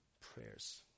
prayers